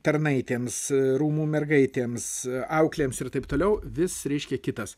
tarnaitėms rūmų mergaitėms auklėms ir taip toliau vis reiškia kitas